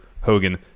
Hogan